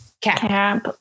cap